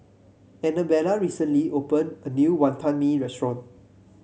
Annabella recently opened a new Wonton Mee restaurant